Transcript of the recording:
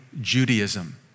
Judaism